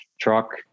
truck